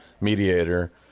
mediator